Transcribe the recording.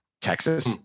Texas